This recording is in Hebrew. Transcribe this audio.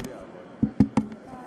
לא, לא, לא באיזה הבטחות